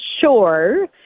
sure